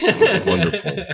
wonderful